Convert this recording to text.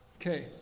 okay